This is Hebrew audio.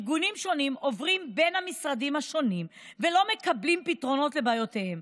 ארגונים שונים עוברים בין המשרדים השונים ולא מקבלים פתרון לבעיותיהם.